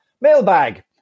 Mailbag